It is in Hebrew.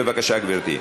בבקשה, גברתי.